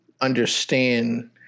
understand